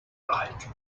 like